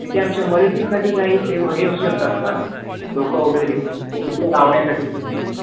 तिथे आमच्या मदतीसाठी काही सेव हे असू शकतात का लोक वगैरे तिकडे चित्र लावण्यासाठी वगैरे आम्हाला